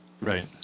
Right